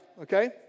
okay